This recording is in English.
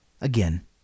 Again